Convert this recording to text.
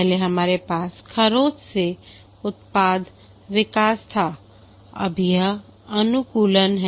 पहले हमारे पास खरोंच से उत्पाद विकास था अब यह अनुकूलन है